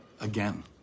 Again